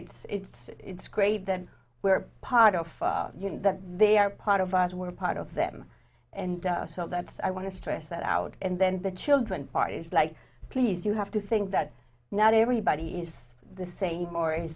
think it's it's great that we're part of you know that they are part of us were part of them and so that's i want to stress that out and then the children part is like please you have to think that not everybody is the same or